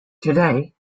today